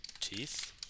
teeth